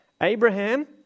Abraham